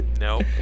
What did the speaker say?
No